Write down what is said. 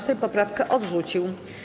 Sejm poprawkę odrzucił.